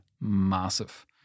massive